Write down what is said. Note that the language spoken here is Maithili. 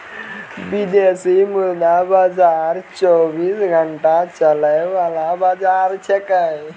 विदेशी मुद्रा बाजार चौबीस घंटा चलय वाला बाजार छेकै